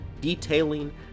detailing